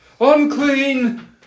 unclean